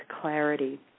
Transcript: clarity